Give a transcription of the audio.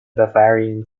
bavarian